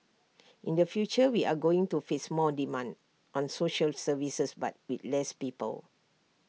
in the future we are going to face more demand on social services but with less people